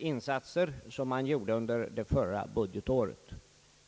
insatser som man gjorde under det förra budgetåret.